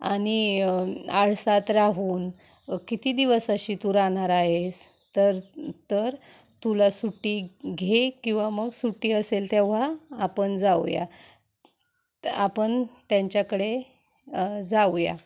आणि आळसात राहून किती दिवस अशी तू राहणार आहेस तर तर तुला सुट्टी घे किंवा मग सुट्टी असेल तेव्हा आपण जाऊ या आपण त्यांच्याकडे जाऊ या